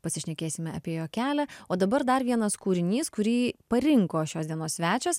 pasišnekėsime apie jo kelią o dabar dar vienas kūrinys kurį parinko šios dienos svečias